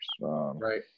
Right